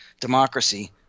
democracy